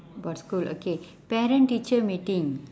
about school okay parent teacher meeting